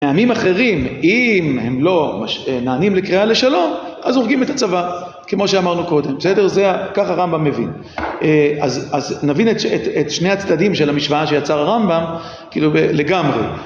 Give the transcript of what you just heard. הימים אחרים אם הם לא נענים לקריאה לשלום אז הורגים את הצבא כמו שאמרנו קודם בסדר זה ככה רמב״ם מבין אז נבין את שני הצדדים של המשוואה שיצר הרמב״ם כאילו לגמרי